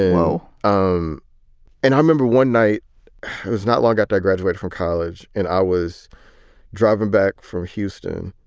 whoa. um and i remember one night, it was not long after i graduate from college and i was driving back from houston.